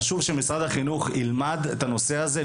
חשוב שמשרד החינוך ילמד את הנושא הזה,